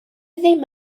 ddim